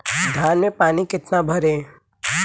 धान में पानी कितना भरें?